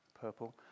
purple